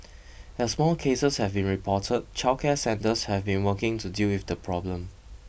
as more cases have been reported childcare centres have been working to deal with the problem